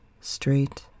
straight